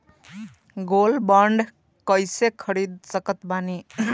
Gold bond कईसे खरीद सकत बानी?